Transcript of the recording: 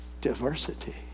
diversity